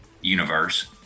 universe